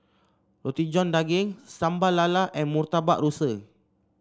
Roti John Daging Sambal Lala and Murtabak Rusa